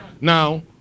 Now